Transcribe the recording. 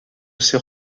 ces